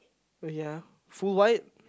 wait ya full white